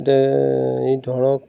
এই ধৰক